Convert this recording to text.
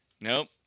Nope